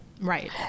Right